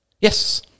Yes